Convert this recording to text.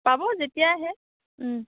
পাব যেতিয়াই আহে